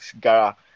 gara